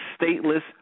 stateless